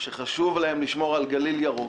שחשוב להם לשמור על גליל ירוק